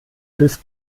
bis